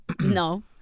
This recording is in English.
No